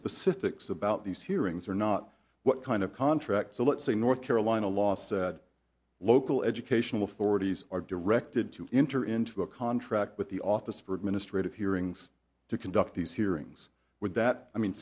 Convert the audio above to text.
specifics about these hearings or not what kind of contract so let's say north carolina law said local education authorities are directed to enter into a contract with the office for administrative hearings to conduct these hearings would that i mean